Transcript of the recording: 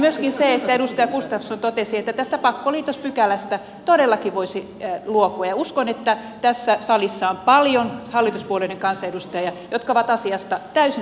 myöskin kun edustaja gustafsson totesi että tästä pakkoliitospykälästä todellakin voisi luopua niin uskon että tässä salissa on paljon hallituspuolueiden kansanedustajia jotka ovat asiasta täysin samaa mieltä